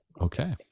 Okay